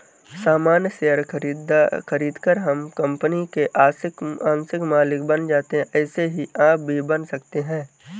सामान्य शेयर खरीदकर हम कंपनी के आंशिक मालिक बन जाते है ऐसे ही आप भी बन सकते है